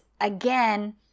again